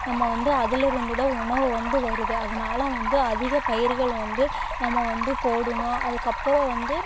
நம்ம வந்து அதிலி இருந்து தான் உணவு வந்து வருது அதனால வந்து அதிக பயிர்களை வந்து நம்ம வந்து போடணும் அதுக்கப்புறம் வந்து